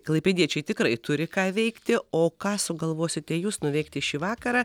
klaipėdiečiai tikrai turi ką veikti o ką sugalvosite jūs nuveikti šį vakarą